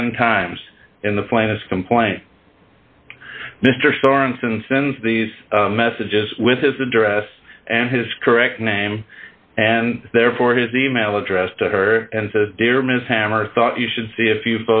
ten times in the finest him play mr sorenson sends these messages with his address and his correct name and therefore his e mail address to her and says dear ms hamer thought you should see a few